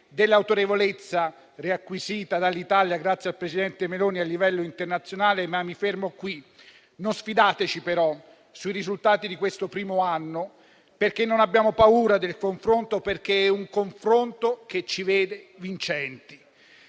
dell'autorevolezza riacquisita dall'Italia grazie al presidente Meloni a livello internazionale, ma mi fermo qui. Non sfidateci però sui risultati di questo primo anno, perché non abbiamo paura del confronto, che ci vede vincenti.